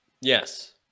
Yes